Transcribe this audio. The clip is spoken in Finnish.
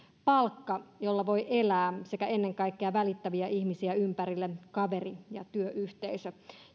palkka jolla voi elää sekä ennen kaikkea välittäviä ihmisiä ympärille kaveri ja työyhteisö